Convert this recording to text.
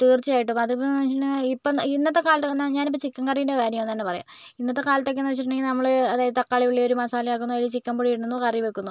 തീർച്ചയായിട്ടും അതിപ്പമെന്ന് വെച്ചിട്ടുണ്ടെങ്കിൽ ഇപ്പോൾ ഇന്നത്തെ കാലത്ത് ഞാൻ ഇപ്പം ചിക്കൻ കറിയുടെ കാര്യം തന്നെ പറയാം ഇന്നത്തെ കാലത്തൊക്കെന്ന് വെച്ചിട്ടുണ്ടെങ്കിൽ നമ്മള് അതായത് തക്കാളി ഉള്ളി ഒരു മസാലയൊക്കെ അതില് ചിക്കൻ പൊടി ഇടുന്നു കറി വെക്കുന്നു